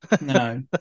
no